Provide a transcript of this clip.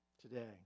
today